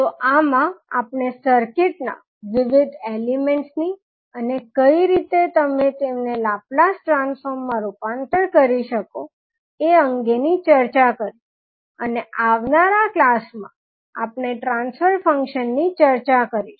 તો આમા આપણે સર્કિટ ના વિવિધ એલિમેન્ટસની અને કઈ રીતે તમે તેમને લાપ્લાસ ટ્રાન્સફોર્મ માં રુપાંતર કરી શકો એ અંગેની ચર્ચા કરી અને આવનારા ક્લાસ માં આપણે ટ્રાન્સફર ફંક્શન ની ચર્ચા કરીશું